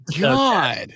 god